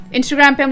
Instagram